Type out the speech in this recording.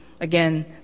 again